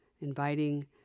inviting